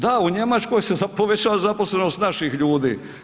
Da, u Njemačkoj se povećava zaposlenost naših ljudi.